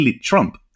Trump